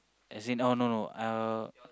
as in oh no no uh